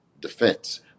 defense